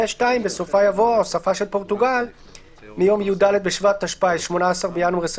בסופה יבוא: "(""(7) פורטוגל מיום י"ד בשבט התשפ"א (18 בינואר2021)